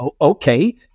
Okay